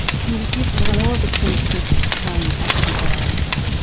can you give more of a sense of how you actually got out of that,